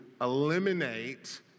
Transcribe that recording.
eliminate